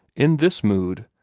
in this mood,